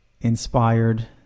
inspired